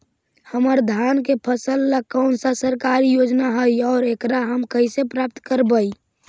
हमर धान के फ़सल ला कौन सा सरकारी योजना हई और एकरा हम कैसे प्राप्त करबई?